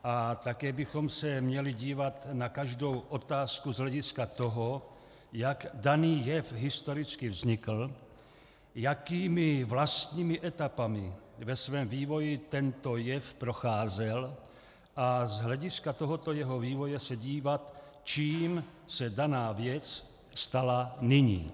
A také bychom se měli dívat na každou otázku z hlediska toho, jak daný jev historicky vznikl, jakými vlastními etapami ve svém vývoji tento jev procházel, a z hlediska tohoto jeho vývoje se dívat, čím se daná věc stala nyní.